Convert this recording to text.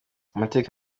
amateka